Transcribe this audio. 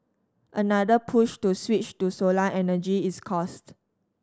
another push to switch to solar energy is cost